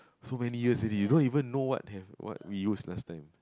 so many years already you don't even know what have what we use last time